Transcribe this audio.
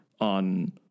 on